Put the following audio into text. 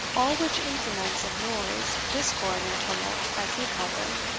all which implements of noise, discord, and tumult, as he called them,